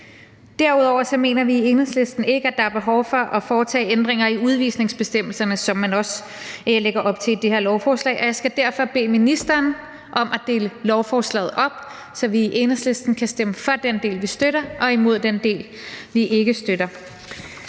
Derudover mener vi i Enhedslisten ikke, at der er behov for at foretage ændringer i udvisningsbestemmelserne, som man også lægger op til i det her lovforslag, og jeg skal derfor bede ministeren om at dele lovforslaget op, så vi i Enhedslisten kan stemme for den del, som vi støtter, og imod den del, som vi ikke støtter.